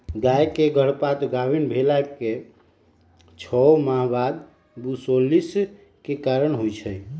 गाय के गर्भपात गाभिन् भेलाके छओ मास बाद बूर्सोलोसिस के कारण होइ छइ